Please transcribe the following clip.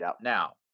Now